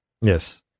Yes